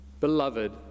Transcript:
Beloved